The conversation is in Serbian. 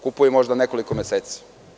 Kupuju možda nekoliko meseci.